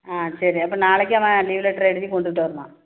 ஆ சரி அப்போ நாளைக்கு அவன் லீவ் லெட்ரு எழுதி கொண்டுகிட்டு வருவான்